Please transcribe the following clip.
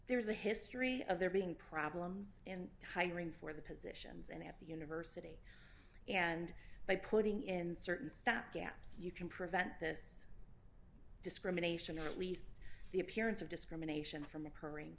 a history of there being problems in hiring for the position at the university and by putting in certain stopgaps you can prevent this discrimination or at least the appearance of discrimination from occurring